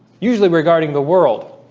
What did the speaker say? usually regarding the world